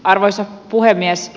arvoisa puhemies